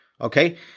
Okay